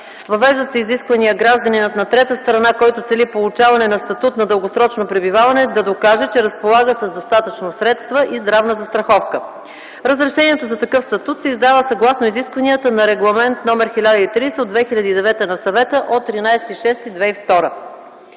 Въвеждат се изисквания гражданинът на трета страна, който цели получаване на статут на дългосрочно пребиваване, да докаже, че разполага с достатъчно средства и здравна застраховка. Разрешението за такъв статут се издава съгласно изискванията на Регламент № 1030/2002 на Съвета от 13.06.2002